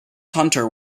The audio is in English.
hunter